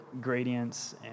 gradients